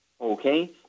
Okay